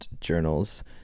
journals